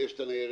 ויש את הניירת,